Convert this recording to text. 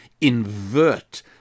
invert